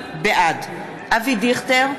בעד אבי דיכטר,